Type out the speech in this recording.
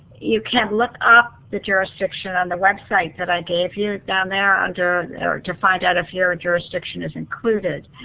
you can look up the jurisdiction on the website that i gave you down there under to find out if your jurisdiction is included.